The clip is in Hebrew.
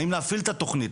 האם להפעיל את התוכנית,